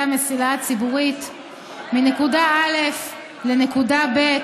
המסילה הציבורית מנקודה א' לנקודה ב',